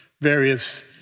various